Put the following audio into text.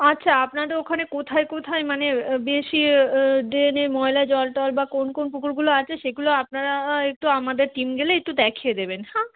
আচ্ছা আপনারাদের ওখানে কোথায় কোথায় মানে বেশি ড্রেনে ময়লা জল টল বা কোন কোন পুকুরগুলো আছে সেগুলো আপনারা একটু আমাদের টিম গেলে একটু দেখিয়ে দেবেন হ্যাঁ